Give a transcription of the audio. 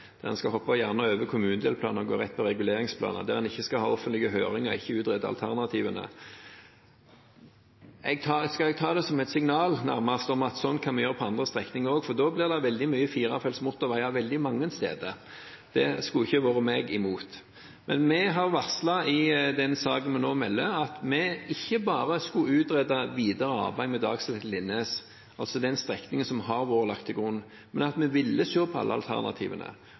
En skal gjerne hoppe over kommunedelplan og gå rett på reguleringsplaner, der en ikke skal ha offentlige høringer, ikke utrede alternativene. Skal jeg ta det som et signal nærmest om at sånn kan vi gjøre det på andre strekninger også? Da blir det veldig mye firefelts motorveier veldig mange steder. Det hadde ikke vært meg imot. Vi har varslet i den saken vi nå melder, at vi ikke bare skal utrede videre arbeid med Dagslett–Linnes – altså den strekningen som har vært lagt til grunn – men at vi vil se på alle alternativene.